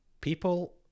people